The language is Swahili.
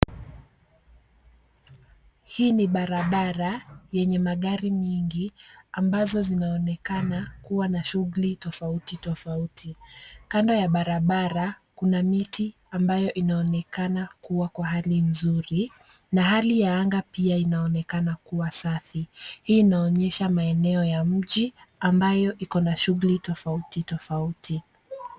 Hii ni barabara yenye magari mengi ,ambazo zinaonekana kuwa na shughuli tofauti tofauti. Kando ya barabara, kuna miti ambayo inaonekana kua kwa hali nzuri, na hali ya anga pia inaonekana kuwa safi. Hii inaonyesha maeneo ya mji ambayo iko na shughuli tofauti tofauti.